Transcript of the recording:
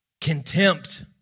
contempt